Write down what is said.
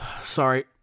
Sorry